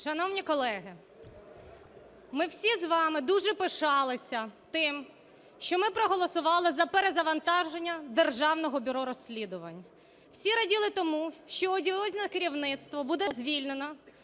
Шановні колеги, ми всі з вами дуже пишалися тим, що ми проголосували за перезавантаження Державного бюро розслідувань. Всі раділи тому, що одіозне керівництво буде звільнено,